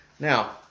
Now